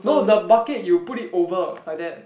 no the bucket you put it over like that